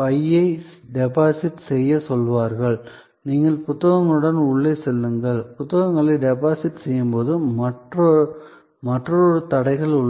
பையை டெபாசிட் செய்யச் சொல்வார்கள் நீங்கள் புத்தகங்களுடன் உள்ளே செல்லுங்கள் புத்தகங்களை டெபாசிட் செய்யும் மற்றொரு தடைகள் உள்ளன